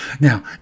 Now